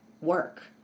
work